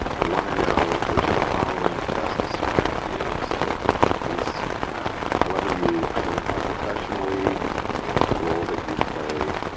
we want to know which of the following best describes you. so please however you identify professionally and the role that you play,